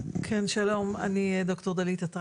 אז שלא יהיה גישה,